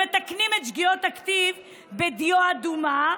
מתקנים את שגיאות הכתיב של הילדים בדיו אדומה,